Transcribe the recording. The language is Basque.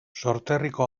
sorterriko